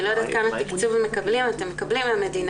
אני לא יודעת כמה תקצוב אתם מקבלים מהמדינה,